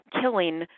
killing